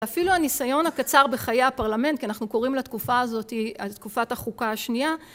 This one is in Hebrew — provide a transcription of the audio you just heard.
אפילו הניסיון הקצר בחיי הפרלמנט, כי אנחנו קוראים לתקופה הזאת תקופת החוקה השנייה